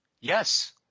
Yes